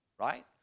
Right